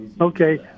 Okay